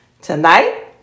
Tonight